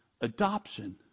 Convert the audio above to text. adoption